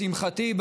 לשמחתי,